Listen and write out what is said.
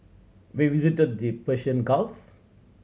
we visited the Persian Gulf